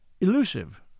Elusive